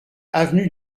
avenue